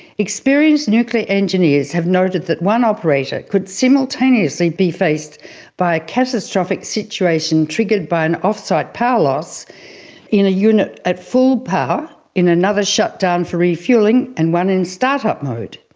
experienced nuclear engineers have noted that one operator could simultaneously be faced by a catastrophic situation triggered by an off-site power loss in a unit at full power and another shutdown for refuelling and one in start-up mode.